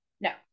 no